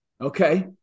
Okay